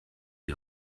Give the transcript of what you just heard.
die